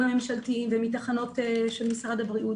הממשלתיים ומתחנות של משרד הבריאות.